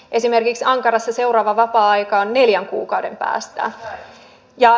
esimerkiksi ankarassa seuraava vapaa aika on neljän kuukauden päästä